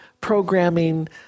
programming